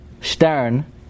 Stern